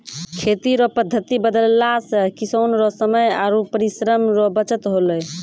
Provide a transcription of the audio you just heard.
खेती रो पद्धति बदलला से किसान रो समय आरु परिश्रम रो बचत होलै